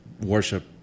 worship